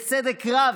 בצדק רב,